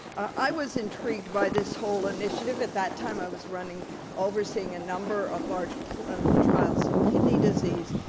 i was intrigued by this whole initiative, at that time i was running overseeing a number of large clinical trials in kidney disease,